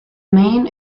main